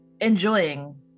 enjoying